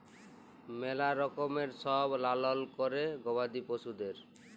ম্যালা রকমের সব লালল ক্যরে গবাদি পশুদের